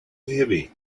heavy